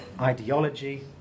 ideology